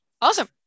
Awesome